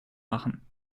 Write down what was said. machen